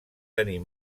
tenir